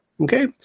Okay